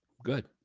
good.